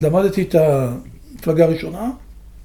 ‫למדתי את הפלגה הראשונה.